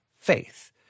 faith